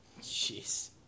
Jeez